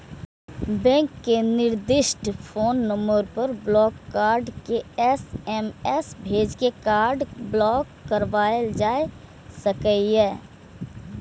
bank के निर्दिष्ट phone number पर ब्लॉक कार्ड के एस.एम.एस भेज के कार्ड ब्लॉक कराएल जा सकैए